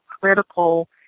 critical